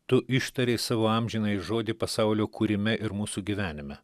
tu ištarei savo amžinąjį žodį pasaulio kūrime ir mūsų gyvenime